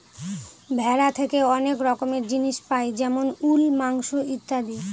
ভেড়া থেকে অনেক রকমের জিনিস পাই যেমন উল, মাংস ইত্যাদি